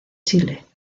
chile